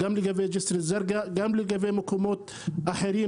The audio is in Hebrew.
גם לגבי ג'סר א-זרקה וגם לגבי מקומות אחרים,